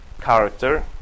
character